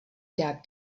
dát